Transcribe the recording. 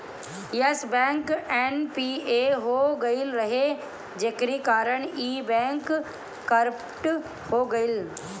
Yes bank NPA हो गईल रहे जेकरी कारण इ बैंक करप्ट हो गईल